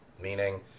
meaning